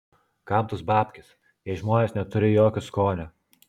kam tos babkės jei žmonės neturi jokio skonio